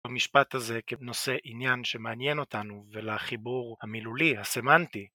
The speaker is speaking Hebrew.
במשפט הזה כנושא עניין שמעניין אותנו ולחיבור המילולי, הסמנטי.